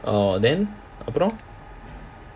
orh then அப்புறம்:appuram